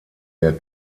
der